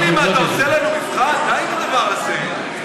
לא מגיע לפריפריה שתסתתר אחרי נתונים.